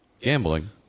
gambling